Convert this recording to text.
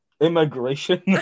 Immigration